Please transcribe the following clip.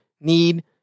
need